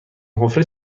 حفره